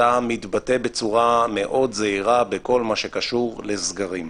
אתה מתבטא בצורה מאוד זהירה בכל מה שקשור לסגרים.